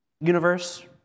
universe